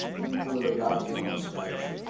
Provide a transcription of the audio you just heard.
when you pull the radio out, you don't want to scratch